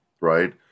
right